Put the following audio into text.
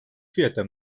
fiyata